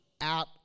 out